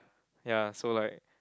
ya so like